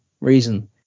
reason